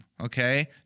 okay